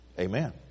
Amen